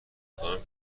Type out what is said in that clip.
خواهم